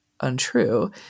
untrue